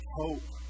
hope